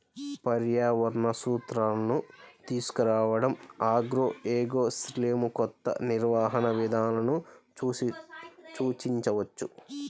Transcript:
పర్యావరణ సూత్రాలను తీసుకురావడంఆగ్రోఎకోసిస్టమ్లోకొత్త నిర్వహణ విధానాలను సూచించవచ్చు